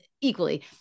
equally